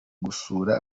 gusura